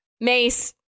mace